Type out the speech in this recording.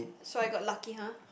so I got lucky [huh]